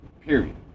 Period